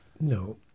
No